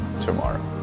tomorrow